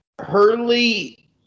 Hurley